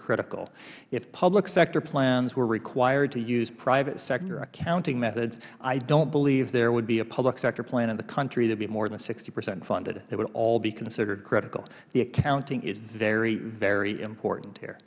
critical if public sector plans were required to use private sector accounting methods i dont believe there would be a public sector plan in the country that would be more than sixty percent funded they would all be considered critical the account is very very important here